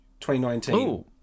2019